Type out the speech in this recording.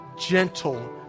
gentle